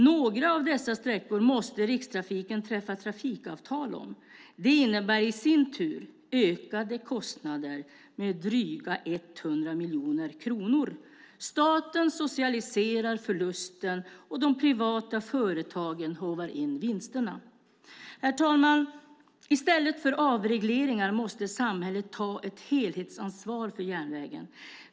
Några av dessa sträckor måste Rikstrafiken träffa trafikavtal om. Det innebär i sin tur ökade kostnader med dryga 100 miljoner kronor. Staten socialiserar förlusten, och de privata företagen håvar in vinsterna. Herr talman! I stället för att göra avregleringar måste samhället ta ett helhetsansvar för järnvägen.